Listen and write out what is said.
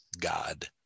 God